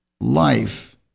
Life